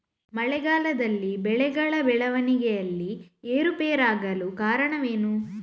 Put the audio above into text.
ಮಳೆಗಾಲದಲ್ಲಿ ಬೆಳೆಗಳ ಬೆಳವಣಿಗೆಯಲ್ಲಿ ಏರುಪೇರಾಗಲು ಕಾರಣವೇನು?